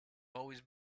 always